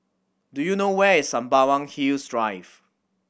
do you know where is Sembawang Hills Drive